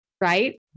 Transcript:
right